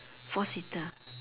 four seater